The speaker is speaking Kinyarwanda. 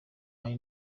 hari